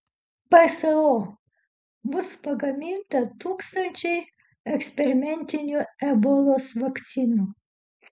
pso bus pagaminta tūkstančiai eksperimentinių ebolos vakcinų